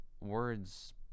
words